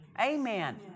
Amen